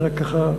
אני רק, ככה,